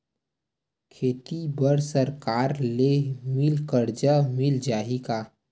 खेती बर सरकार ले मिल कर्जा मिल जाहि का?